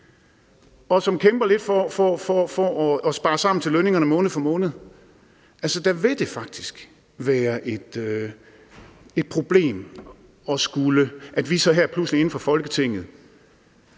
og som kæmper lidt for at spare sammen til lønningerne måned for måned. Altså, der vil det faktisk være et problem, at vi så her pludselig fra Folketingets